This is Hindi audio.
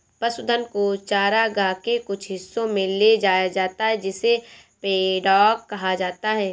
पशुधन को चरागाह के कुछ हिस्सों में ले जाया जाता है जिसे पैडॉक कहा जाता है